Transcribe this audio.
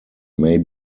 may